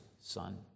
son